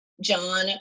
John